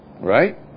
right